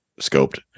scoped